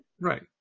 Right